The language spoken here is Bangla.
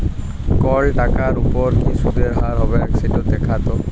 কল টাকার উপর কি সুদের হার হবেক সেট দ্যাখাত